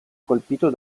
colpito